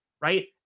Right